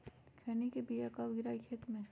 खैनी के बिया कब गिराइये खेत मे?